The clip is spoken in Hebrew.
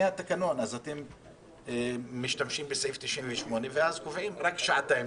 התקנון אתם משתמשים בסעיף 98 ואז קובעים רק שעתיים.